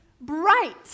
bright